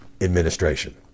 administration